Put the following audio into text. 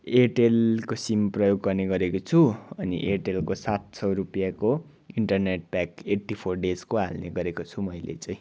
एयरटेलको SIM प्रयोग गर्ने गरेको छु अनि एयरटेलको सात सौ रुपियाँको इन्टरनेट प्याक एट्टी फोर डेजको हाल्ने गरेको छु मैले चाहिँ